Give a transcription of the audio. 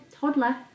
toddler